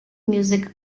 music